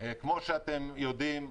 כמו שאתם יודעים,